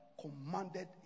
commanded